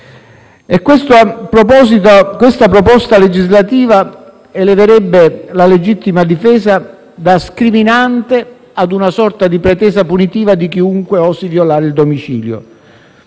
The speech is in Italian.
esame, se approvato, eleverebbe la legittima difesa da scriminante a una sorta di pretesa punitiva per chiunque osi violare il domicilio,